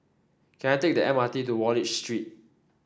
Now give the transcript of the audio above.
can I take the M R T to Wallich Street